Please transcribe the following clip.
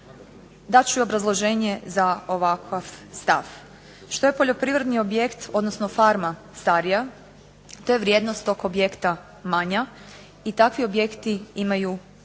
Dat ću i obrazloženje za ovakav stav. Što je poljoprivredni objekt, odnosno farma starija to je vrijednost tog objekta manja, i takvi objekti imaju vijek